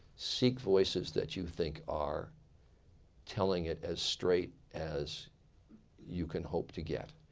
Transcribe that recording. seek voices that you think are telling it as straight as you can hope to get.